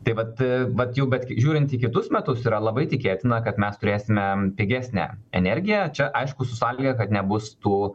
tai vat vat jau bet žiūrint į kitus metus yra labai tikėtina kad mes turėsime pigesnę energiją čia aišku su sąlyga kad nebus tų